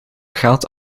geld